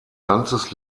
ganzes